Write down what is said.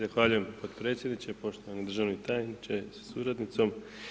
Zahvaljujem potpredsjedniče, poštovani državni tajniče sa suradnicom.